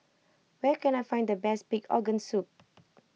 where can I find the best Pig Organ Soup